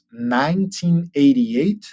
1988